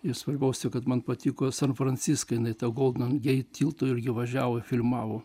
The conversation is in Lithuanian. ir svarbiausia kad man patiko į san franciską jinai tą ten golden geit tilto ir ji važiavo filmavo